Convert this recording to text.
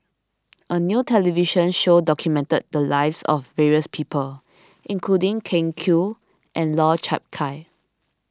a new television show documented the lives of various people including Ken Kwek and Lau Chiap Khai